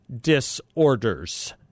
Disorders